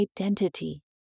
identity